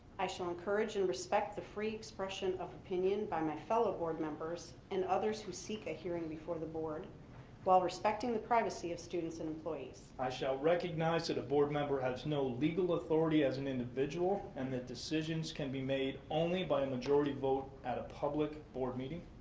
i shall encourage and respect the free expression of opinion by my fellow board members and others who seek a hearing before the board while respecting the privacy of students and employees. i shall recognize that a board member has no legal authority as an individual and that decisions can be made only by majority vote at a public board meeting.